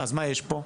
אז מה יש פה?